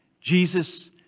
Jesus